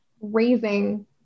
raising